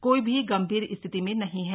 कोई भी गंभीर स्थिति में नहीं है